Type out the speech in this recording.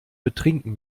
betrinken